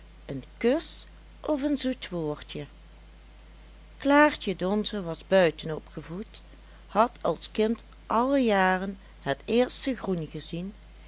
een kus of een zoet woordje klaartje donze was buiten opgevoed had als kind alle jaren het eerste groen gezien